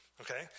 okay